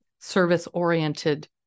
service-oriented